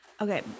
Okay